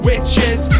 Witches